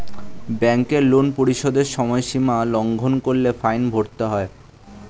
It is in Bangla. ব্যাংকের লোন পরিশোধের সময়সীমা লঙ্ঘন করলে ফাইন ভরতে হয়